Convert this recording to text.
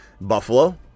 Buffalo